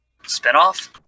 spinoff